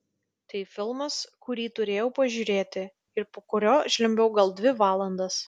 tai filmas kurį turėjau pažiūrėti ir po kurio žliumbiau gal dvi valandas